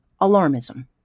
alarmism